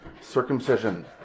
circumcision